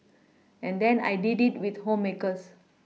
and then I did it with homemakers